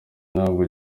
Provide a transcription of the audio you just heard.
ntabwo